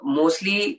mostly